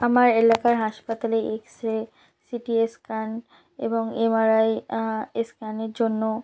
আমার এলাকার হাসপাতালে X ray C T scan এবং এম আর আই স্ক্যানের জন্য